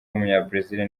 w’umunyabrazil